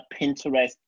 Pinterest